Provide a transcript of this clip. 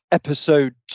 episode